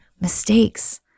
mistakes